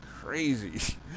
crazy